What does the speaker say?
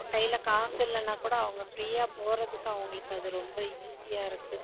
இப்போ கையில் காசு இல்லைனா கூட அவங்க ஃப்ரீயாக போறதுக்கு அவர்களுக்கு அது ரொம்ப ஈஸியாக இருக்குது